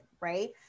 right